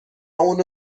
اونو